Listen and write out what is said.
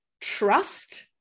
trust